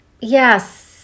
Yes